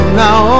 now